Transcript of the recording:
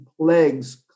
plagues